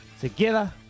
Together